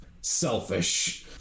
Selfish